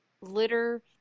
litter